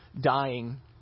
dying